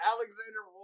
Alexander